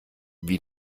wie